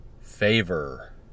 Favor